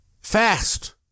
fast